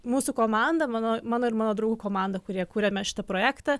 mūsų komanda mano mano ir mano draugų komanda kurie kuriame šitą projektą